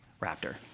raptor